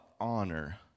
honor